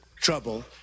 trouble